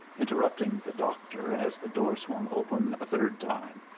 interrupting the doctor, as the door swung open a third time,